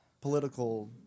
political